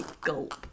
gulp